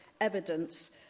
evidence